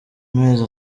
mezi